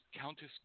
Countess